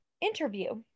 interview